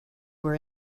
were